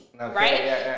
right